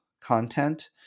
content